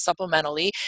supplementally